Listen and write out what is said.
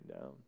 down